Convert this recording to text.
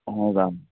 ہو گا